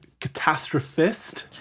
Catastrophist